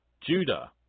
Judah